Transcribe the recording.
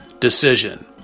decision